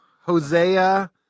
Hosea